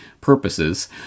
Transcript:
purposes